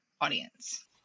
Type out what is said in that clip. audience